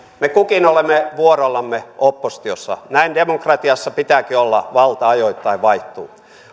me kukin olemme vuorollamme oppositiossa näin demokratiassa pitääkin olla valta ajoittain vaihtuu